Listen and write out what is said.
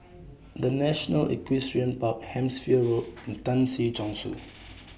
The National Equestrian Park Hampshire Road and Tan Si Chong Su